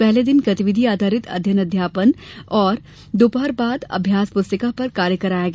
पहले दिन गतिविधि आधारित अध्ययन अध्यापन एवं अपरान्ह सत्र में अभ्यास पुस्तिका पर कार्य कराया गया